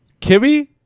Kibby